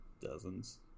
dozens